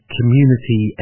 Community